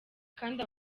kandi